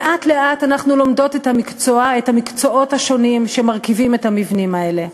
לאט-לאט אנחנו לומדות את המקצועות השונים שמרכיבים את המבנים האלה.